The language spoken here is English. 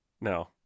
No